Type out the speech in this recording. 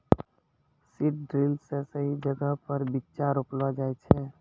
seed drill से सही जगहो पर बीच्चा रोपलो जाय छै